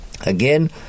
Again